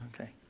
Okay